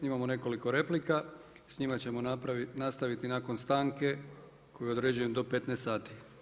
Imamo nekoliko replika, s njima ćemo nastaviti nakon stanke koju određujem do 15 sati.